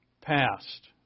past